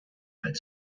had